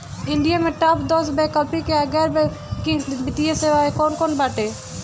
India में top दस वैकल्पिक या गैर बैंकिंग वित्तीय सेवाएं कौन कोन बाटे?